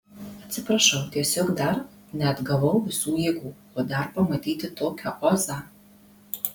atsiprašau tiesiog dar neatgavau visų jėgų o dar pamatyti tokią ozą